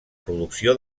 producció